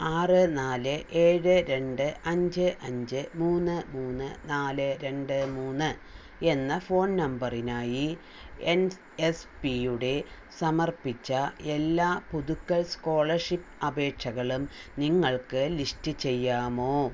ആറ് നാല് ഏഴ് രണ്ട് അഞ്ച് അഞ്ച് മൂന്ന് മൂന്ന് നാല് രണ്ട് മൂന്ന് എന്ന ഫോൺ നമ്പറിനായി എൻ എസ് പി യുടെ സമർപ്പിച്ച എല്ലാ പുതുക്കൽ സ്കോളർഷിപ്പ് അപേക്ഷകളും നിങ്ങൾക്ക് ലിസ്റ്റ് ചെയ്യാമോ